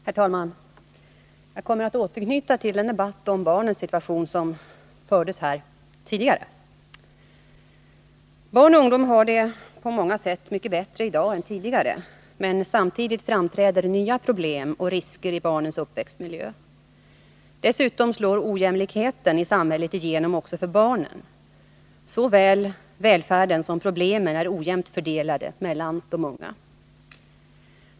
Herr talman! Jag kommer att återknyta till den debatt om barnens situation som fördes här tidigare. Barn och ungdomar har det på många sätt mycket bättre i dag än tidigare, men samtidigt framträder nya problem och risker i barnens uppväxtmiljö. Dessutom slår ojämlikheten i samhället igenom också för barnen. Såväl välfärden som problemen är ojämnt fördelade mellan de unga.